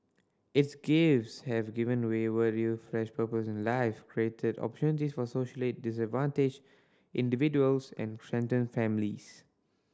its gifts have given wayward youth fresh purpose in life created for socially disadvantaged individuals and strengthened families